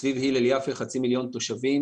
סביב הילל יפה יש חצי מיליון תושבים,